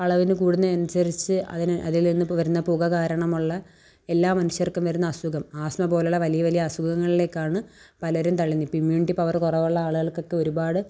അളവിന് കൂടുന്നതിനനുസരിച്ച് അതിന് അതിൽ നിന്ന് ഇപ്പോള് വരുന്ന പുക കാരണമുള്ള എല്ലാ മനുഷ്യർക്കും വരുന്ന അസുഖം ആസ്മ പോലുള്ള വലിയ വലിയ അസുഖങ്ങളിലേക്കാണ് പലരും തള്ളി നി ഇപ്പോള് ഇമ്യൂണിറ്റി പവര് കുറവുള്ള ആളുകൾക്കൊക്കെ ഒരുപാട്